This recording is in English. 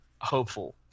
hopeful